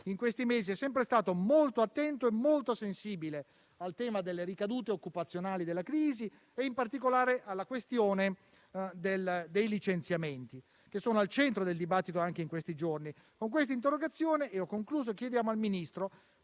in questi mesi è sempre stato molto attento e sensibile al tema delle ricadute occupazionali della crisi e in particolare alla questione dei licenziamenti, al centro del dibattito anche in questi giorni. Con l'interrogazione in esame chiediamo al Ministro